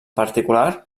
particular